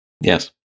Yes